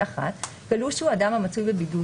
(1) כלוא שהוא אדם המצוי בבידוד,